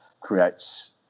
creates